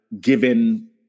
given